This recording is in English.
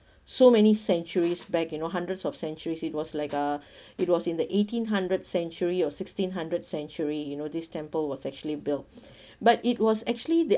so many centuries back you know hundreds of centuries it was like uh it was in the eighteenth hundred century or sixteenth hundred century you know this temple was actually built but it was actually that